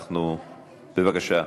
אנחנו, בבקשה,